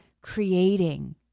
creating